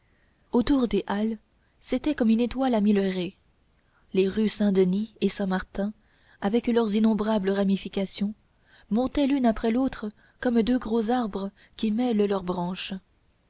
autour des halles c'était comme une étoile à mille raies les rues saint-denis et saint-martin avec leurs innombrables ramifications montaient l'une après l'autre comme deux gros arbres qui mêlent leurs branches